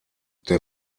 der